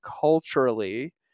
culturally